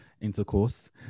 intercourse